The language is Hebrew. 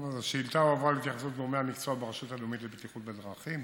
השאילתה הועברה להתייחסות גורמי המקצוע ברשות הלאומית לבטיחות בדרכים,